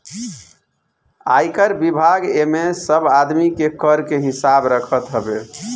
आयकर विभाग एमे सब आदमी के कर के हिसाब रखत हवे